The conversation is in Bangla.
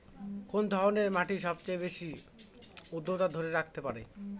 কোন ধরনের মাটি সবচেয়ে বেশি আর্দ্রতা ধরে রাখতে পারে?